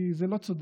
זה לא צודק,